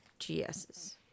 GSs